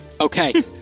Okay